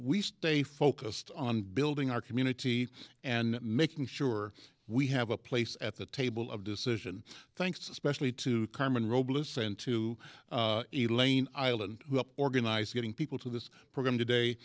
we stay focused on building our community and making sure we have a place at the table of decision thanks especially to carmen robe listen to elaine island organized getting people to this program today